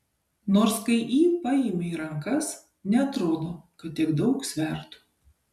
nors kai jį paimi į rankas neatrodo kad tiek daug svertų